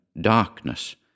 darkness